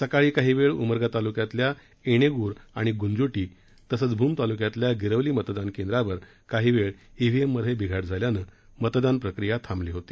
सकाळी काही वेळ उमरगा तालुक्यातल्या येणेगूर आणि गुंजोटी तसंच भूम तालुक्यातल्या गिरवली मतदान केंद्रावर काही वेळ इव्हीएममध्ये बिघाड झाल्यानं मतदान प्रक्रिया थांबली होती